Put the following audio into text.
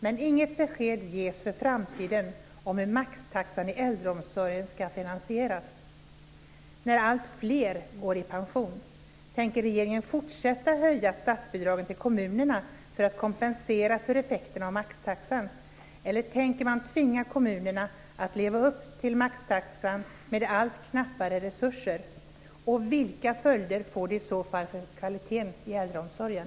Men inget besked ges för framtiden om hur maxtaxan i äldreomsorgen ska finansieras när alltfler går i pension.